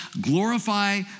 Glorify